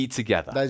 together